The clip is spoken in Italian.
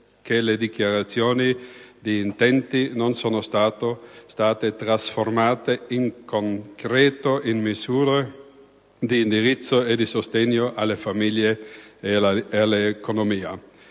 che le dichiarazioni di intenti non sono state trasformate in concreto in misure di indirizzo e di sostegno alle famiglie ed all'economia.